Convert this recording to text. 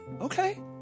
Okay